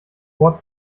wort